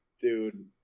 Dude